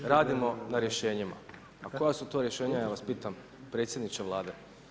Radimo na rješenjima, a koja su to rješenja, ja vas pitam, predsjedniče Vlade?